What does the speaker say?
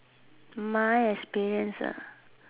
my experience ah